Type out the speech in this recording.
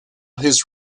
his